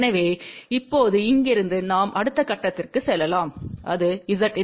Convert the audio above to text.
எனவே இப்போது இங்கிருந்து நாம் அடுத்த கட்டத்திற்கு செல்லலாம் அது Zin